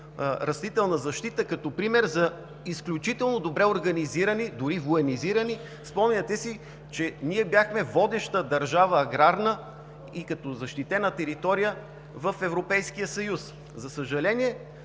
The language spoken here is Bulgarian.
растителна защита като пример за изключително добре организирани, дори военизирани. Спомняте си, че ние бяхме водеща аграрна държава и като защитена територия в Европейския съюз. Може